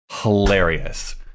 hilarious